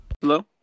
Hello